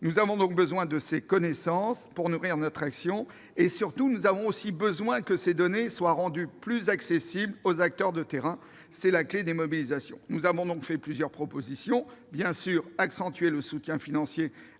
Nous avons donc besoin de connaissances pour nourrir notre action et nous avons surtout besoin que ces données soient rendues plus accessibles aux acteurs de terrain- c'est la clé de la mobilisation. Nous faisons pour cela plusieurs propositions : accentuer le soutien financier